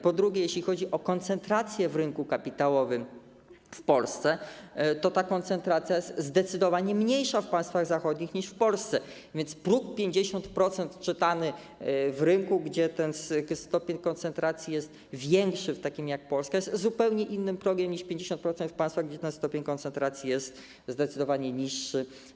Po drugie, jeśli chodzi o koncentrację w rynku kapitałowym w Polsce, to jest ona zdecydowanie mniejsza w państwach zachodnich niż w Polsce, więc próg 50% w przypadku rynku, gdzie ten stopień koncentracji jest większy, w takim jak Polska, jest zupełnie innym progiem niż 50% w państwach, gdzie ten stopień koncentracji jest zdecydowanie niższy.